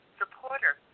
supporter